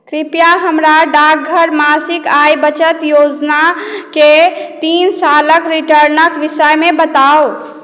कृपया हमरा डाकघर मासिक आय बचत योजनाके तीन सालक रिटर्नक विषयमे बताउ